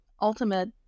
ultimate